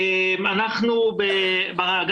בבקשה.